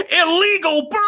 Illegal